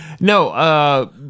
No